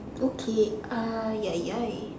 okay !aiyayai!